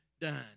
done